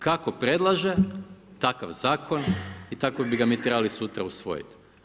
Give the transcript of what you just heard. Kako predlaže takav zakon i tako bi ga mi trebali sutra usvojiti.